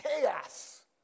chaos